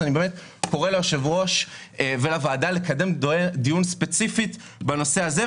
אני באמת קורא ליושב-ראש ולוועדה לקדם דיון ספציפי בנושא הזה.